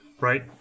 Right